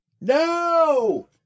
No